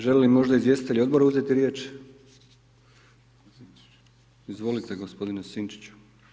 Želi li možda izvjestitelj Odbora uzeti riječ, izvolite gospodine Sinčiću.